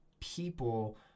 people